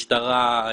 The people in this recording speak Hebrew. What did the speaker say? משטרה.